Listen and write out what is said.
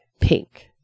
Pink